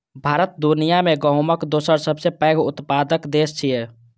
भारत दुनिया मे गहूमक दोसर सबसं पैघ उत्पादक देश छियै